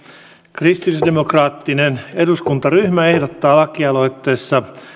kristillisdemokraattinen eduskuntaryhmä ehdottaa lakialoitteessa